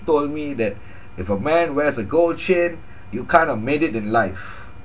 told me that if a man wears a gold chain you kind of made it in life